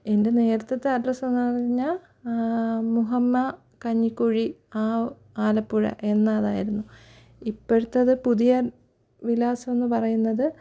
എൻ്റെ നേരത്തത്തെ അഡ്രസ്സെന്നു പറഞ്ഞാൽ മുഹമ്മ കഞ്ഞിക്കുഴി ആ ആലപ്പുഴ എന്നതായിരുന്നു ഇപ്പോഴത്തത് പുതിയ വിലസമെന്നു പറയുന്നത്